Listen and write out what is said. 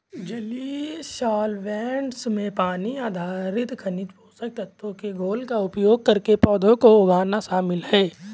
जलीय सॉल्वैंट्स में पानी आधारित खनिज पोषक तत्वों के घोल का उपयोग करके पौधों को उगाना शामिल है